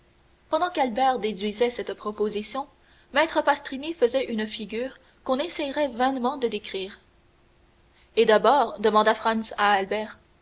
pendant qu'albert déduisait cette proposition maître pastrini faisait une figure qu'on essayerait vainement de décrire et d'abord demanda franz à albert